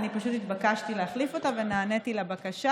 אני התבקשתי להחליף אותה ונעניתי לבקשה.